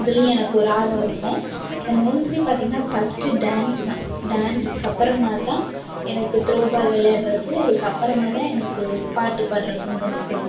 அதிலியும் எனக்கு ஒரு ஆர்வம் இருக்கும் இந்த மூணுத்துலேயும் பார்த்திங்னா ஃபர்ஸ்ட்டு டான்ஸு தான் டான்ஸ்க்கு அப்புறமா தான் எனக்கு த்ரோ பால் விளையாடுறது அதுக்கப்புறமா தான் எனக்கு பாட்டு பாடுவது இருந்தாலும் சரி